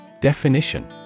Definition